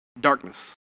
darkness